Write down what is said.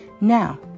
Now